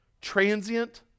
Transient